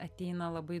ateina labai